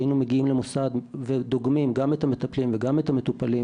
היינו מגיעים למוסד ודוגמים גם את המטפלים וגם את המטופלים,